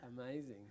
amazing